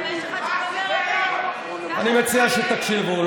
אני מציע שתקשיבו.